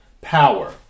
power